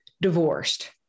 divorced